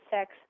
sex